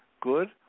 good